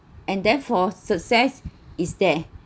and therefore success is there